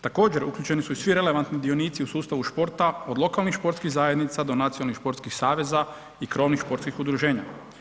Također, uključeni su i svi relevantni dionici u sustavu športa od lokalnih športskih zajednica do nacionalnih športskih saveza i krovnih športskih udruženja.